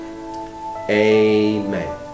Amen